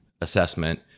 assessment